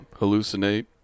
hallucinate